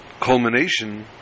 culmination